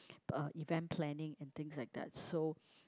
uh event planning and things like that so